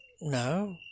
no